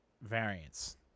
variants